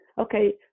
okay